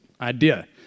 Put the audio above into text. idea